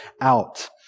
out